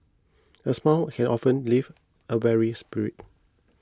a smile can often lift up a weary spirit